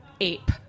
ape